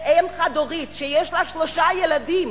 אם חד-הורית שיש לה שלושה ילדים,